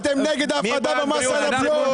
אתם נגד ההפחתה במס על הבלו.